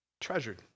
treasured